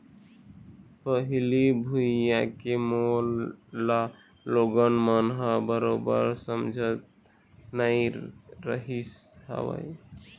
पहिली भुइयां के मोल ल लोगन मन ह बरोबर समझत नइ रहिस हवय